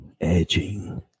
Edging